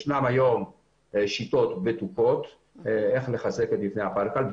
ישנן היום שיטות בטוחות איך לחזק את מבני הפלקל.